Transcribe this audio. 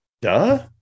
duh